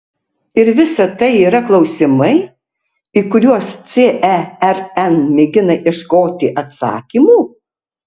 ir visa tai yra klausimai į kuriuos cern mėgina ieškoti atsakymų